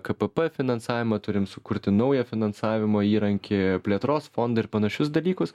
kpp finansavimą turim sukurti naują finansavimo įrankį plėtros fondą ir panašius dalykus